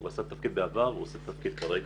הוא עשה את התפקיד בעבר והוא עושה את התפקיד כרגע.